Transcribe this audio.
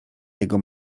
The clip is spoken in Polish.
jego